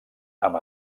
amb